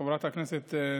חברת הכנסת,